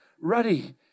ruddy